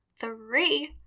three